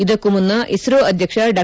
ಇದಕ್ಕೂ ಮುನ್ನ ಇಸ್ತೋ ಅಧ್ಯಕ್ಷ ಡಾ